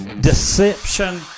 deception